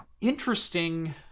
interesting